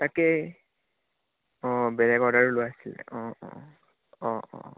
তাকেই অঁ বেলেগ অৰ্ডাৰো লোৱা আছিলে অঁ অঁ অঁ অঁ